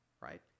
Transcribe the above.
right